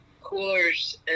coolers